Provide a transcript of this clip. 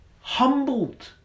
humbled